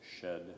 shed